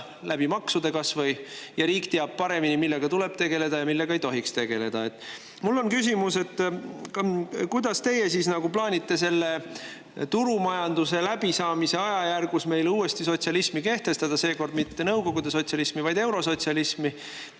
kasvõi maksudega. Riik teab paremini, millega tuleb tegeleda ja millega ei tohiks tegeleda. Mul on küsimus, kuidas teie plaanite turumajanduse läbisaamise ajajärgus meile uuesti sotsialismi kehtestada, seekord mitte nõukogude sotsialismi, vaid eurosotsialismi,